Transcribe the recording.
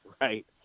right